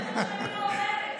זה מה שאני אומרת.